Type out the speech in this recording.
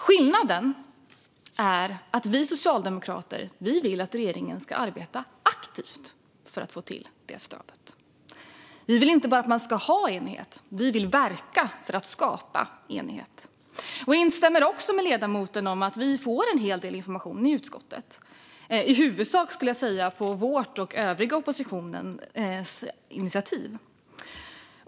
Skillnaden är att Socialdemokraterna vill att regeringen ska arbeta aktivt för att få till detta stöd. Socialdemokraterna vill inte bara ha enighet utan verka för att skapa enighet. Jag instämmer också med ledamoten i att vi får en hel del information i utskottet - i huvudsak på vårt och övriga oppositionens initiativ.